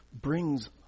brings